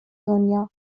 دنیا